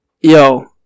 Yo